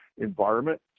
environment